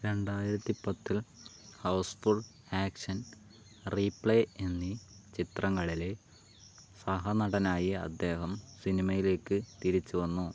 രണ്ടായിരത്തി പത്തിൽ ഹൗസ് ഫുൾ ആക്ഷൻ റീപ്ലൈ എന്നീ ചിത്രങ്ങളിലെ സഹനടനായി അദ്ദേഹം സിനിമയിലേക്ക് തിരിച്ചു വന്നു